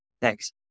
Thanks